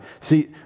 see